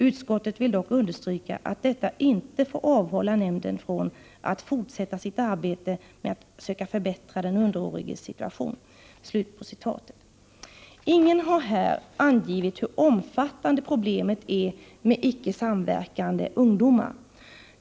Utskottet vill dock understryka att detta inte får avhålla nämnden från att fortsätta sitt arbete med att söka förbättra den underåriges situation.” Ingen har här angivit hur omfattande problemet med icke samverkande ungdomar är.